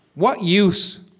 what use